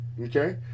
Okay